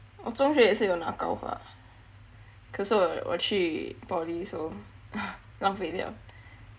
我中学也是有拿高华可是我有我去 poly so 浪费掉